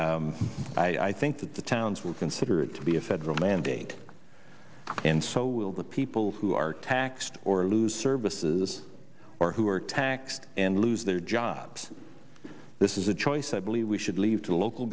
i think that the towns will consider it to be a federal mandate and so will the people who are taxed or lose services or who are taxed and lose their jobs this is a choice i believe we should leave to local